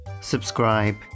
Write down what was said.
subscribe